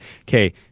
okay